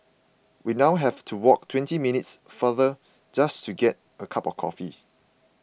we now have to walk twenty minutes farther just to get a cup of coffee